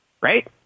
right